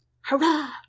Hurrah